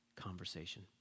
conversation